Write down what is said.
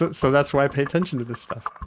so that's why i pay attention to this stuff